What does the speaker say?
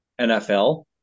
NFL